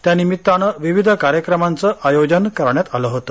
त्या निमित्ताने विविध कार्यक्रमाचे आयोजन करण्यात आले होते